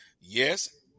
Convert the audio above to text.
Yes